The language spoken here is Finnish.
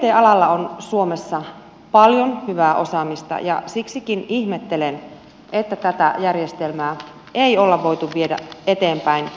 ict alalla on suomessa paljon hyvää osaamista ja siksikin ihmettelen että tätä järjestelmää ei olla voitu viedä eteenpäin